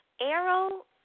Arrow